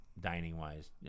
dining-wise